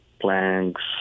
planks